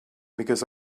because